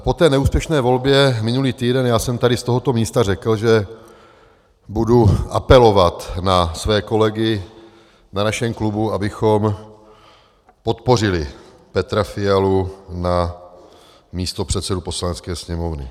Po té neúspěšné volbě minulý týden jsem tady z tohoto místa řekl, že budu apelovat na své kolegy na našem klubu, abychom podpořili Petra Fialu na místopředsedu Poslanecké sněmovny.